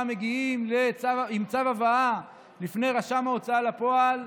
מגיעים עם צו הבאה בפני רשם ההוצאה לפועל.